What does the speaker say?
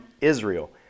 Israel